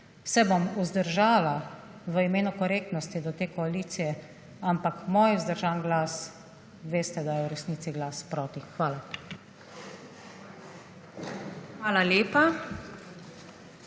se bom vzdržala v imenu korektnosti do te koalicije, ampak moj vzdržan glas veste, da je v resnici glas proti. Hvala. PREDSEDNICA